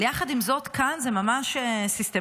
אבל יחד עם זאת, כאן זה ממש סיסטמתי,